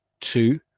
two